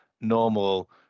normal